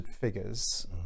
figures